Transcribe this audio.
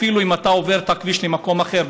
אפילו אם אתה עובר את הכביש למקום אחר,